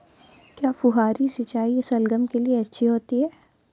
क्या फुहारी सिंचाई शलगम के लिए अच्छी होती है?